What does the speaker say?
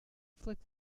flick